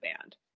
band